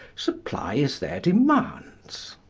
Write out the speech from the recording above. supplies their demands.